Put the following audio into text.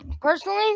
Personally